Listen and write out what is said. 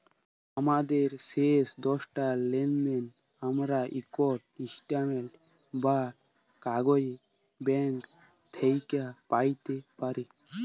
আমাদের শেষ দশটা লেলদেলের আমরা ইকট ইস্ট্যাটমেল্ট বা কাগইজ ব্যাংক থ্যাইকে প্যাইতে পারি